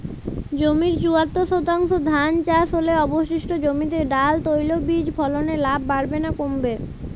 জমির চুয়াত্তর শতাংশে ধান চাষ হলে অবশিষ্ট জমিতে ডাল তৈল বীজ ফলনে লাভ বাড়বে না কমবে?